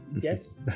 Yes